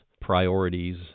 priorities